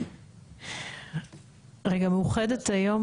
מאוחדת היום